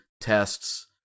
tests